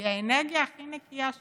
והיא האנרגיה הכי נקייה שיש,